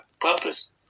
purpose